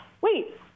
wait